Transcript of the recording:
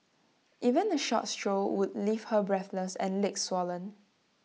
even A short stroll would leave her breathless and legs swollen